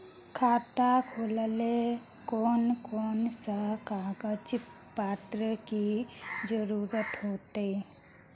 खाता खोलेले कौन कौन सा कागज पत्र की जरूरत होते?